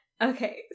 Okay